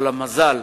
אבל המזל,